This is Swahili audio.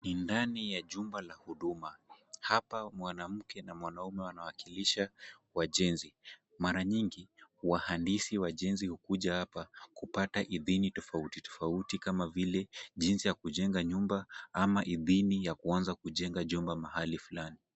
Ni ndani ya jumba la huduma. Hapa mwanamke na mwanaume wanawakilisha wajenzi. Mara nyingi, wahandisi wajenzi hukuja hapa kupata idhini tofauti tofauti kama vile jinsi ya kujenga nyumba ama idhini ya kuanza kujenga jumba mahali fulani.